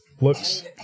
looks